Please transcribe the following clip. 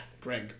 Greg